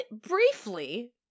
briefly